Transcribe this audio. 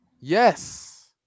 Yes